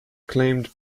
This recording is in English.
claimed